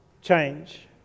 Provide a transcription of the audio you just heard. change